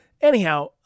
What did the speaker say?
anyhow